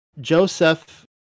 Joseph